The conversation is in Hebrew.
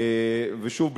ושוב,